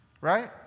Right